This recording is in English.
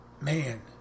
Man